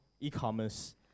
e-commerce